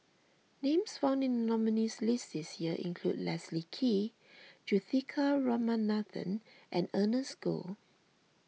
names found in the nominees' list this year include Leslie Kee Juthika Ramanathan and Ernest Goh